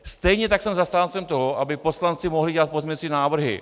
Stejně tak jsem zastáncem toho, aby poslanci mohli dělat pozměňovací návrhy.